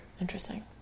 Interesting